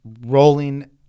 rolling